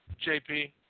JP